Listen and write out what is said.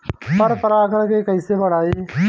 पर परा गण के कईसे बढ़ाई?